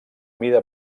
mida